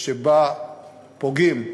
שבה פוגעים